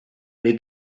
may